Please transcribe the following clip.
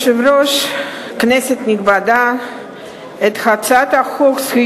אנחנו מבקשים לבטל את החוק.